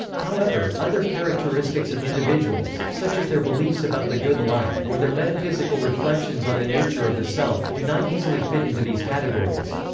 however, other characteristics of individuals, such as their beliefs about the good life or their metaphysical reflections on the nature of the self, do not easily fit into these categories.